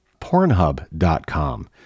pornhub.com